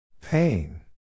Pain